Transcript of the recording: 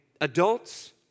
adults